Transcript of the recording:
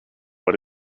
what